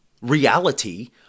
reality